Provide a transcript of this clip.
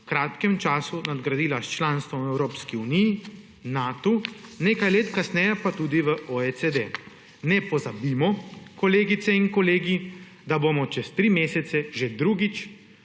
kratkem času nadgradila s članstvom v Evropski uniji, Natu, nekaj let kasneje pa tudi v OECD. Ne pozabimo, kolegice in kolegi, da bomo čez tri mesece že drugič